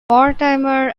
mortimer